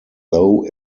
though